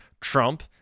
Trump